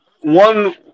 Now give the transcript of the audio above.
One